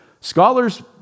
Scholars